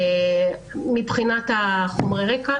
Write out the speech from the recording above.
מבחינת חומרי הרקע,